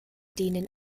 denen